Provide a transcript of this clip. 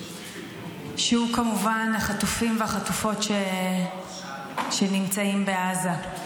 שהוא כמובן החטופים והחטופות שנמצאים בעזה.